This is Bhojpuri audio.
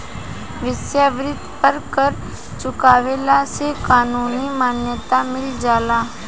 वेश्यावृत्ति पर कर चुकवला से कानूनी मान्यता मिल जाला